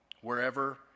wherever